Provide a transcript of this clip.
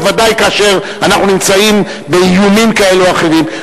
בוודאי כאשר אנחנו נמצאים באיומים כאלה ואחרים.